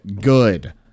good